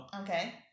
Okay